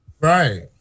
Right